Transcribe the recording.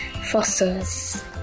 fossils